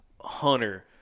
hunter